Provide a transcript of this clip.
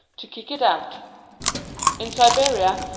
to kick it out in siberia,